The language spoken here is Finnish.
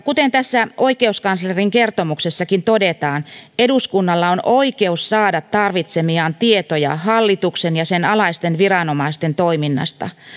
kuten tässä oikeuskanslerin kertomuksessakin todetaan eduskunnalla on oikeus saada tarvitsemiaan tietoja hallituksen ja sen alaisten viranomaisten toiminnasta